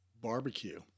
barbecue